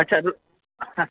अच्छा हा